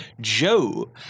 Joe